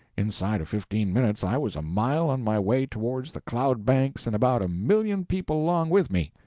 inside of fifteen minutes i was a mile on my way towards the cloud banks and about a million people along with me.